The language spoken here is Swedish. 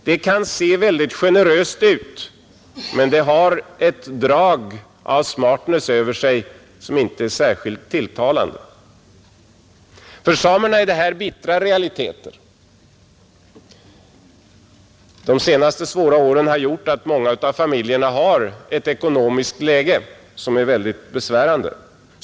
Det kan se väldigt generöst ut, men det har ett drag av smartness över sig som inte är särskilt tilltalande. För samerna är detta bittra realiteter. De senaste svåra åren har gjort att många av familjerna har ett ekonomiskt läge som är väldigt besvärande.